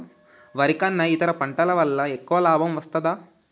వరి కన్నా ఇతర పంటల వల్ల ఎక్కువ లాభం వస్తదా?